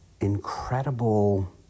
incredible